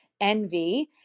envy